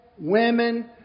women